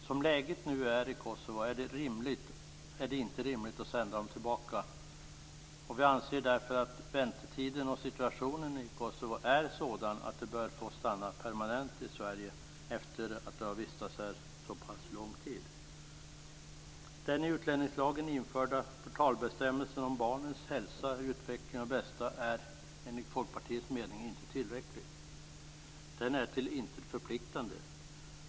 Som läget är nu i Kosovo är det inte rimligt att sända tillbaka dem. Vi anser därför att väntetiden och situationen i Kosovo är sådan att de bör få stanna permanent i Sverige, eftersom de har vistats här så pass lång tid. Folkpartiets mening inte tillräcklig. Den är till intet förpliktande.